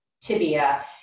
tibia